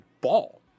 ball